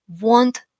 want